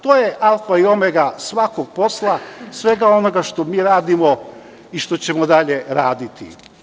To je alfa i omega svakog posla, svega onoga što mi radimo i što ćemo dalje raditi.